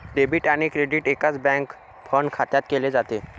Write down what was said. debit आणि credit एकाच bank fund खात्यात केले जाते